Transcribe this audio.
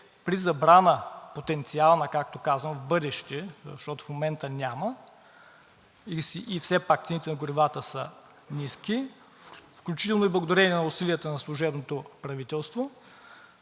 при забрана – потенциална, както казвам в бъдеще, защото в момента няма, и все пак цените на горивата са ниски, включително и благодарение на усилията на служебното правителство.